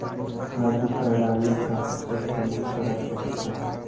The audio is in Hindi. खाद्य प्रणाली का सबसे प्रमुख चरण कौन सा है?